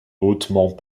hautement